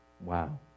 Wow